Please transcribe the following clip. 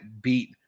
beat